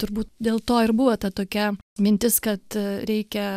turbūt dėl to ir buvo ta tokia mintis kad reikia